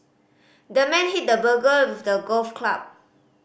the man hit the burglar with a golf club